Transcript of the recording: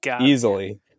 easily